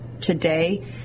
today